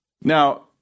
Now